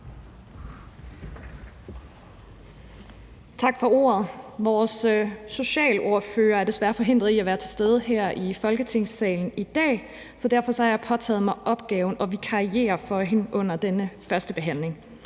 Tak for ordet. Vores socialordfører er desværre forhindret i at være til stede her i Folketingssalen i dag, så derfor har jeg påtaget mig den opgave at vikariere for hende under denne førstebehandling.